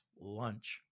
lunch